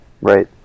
Right